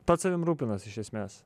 pats savim rūpinas iš esmės